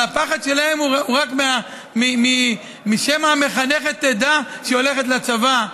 אבל הפחד שלהן הוא רק שמא המחנכת תדע שהיא הולכת לצבא.